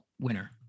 winner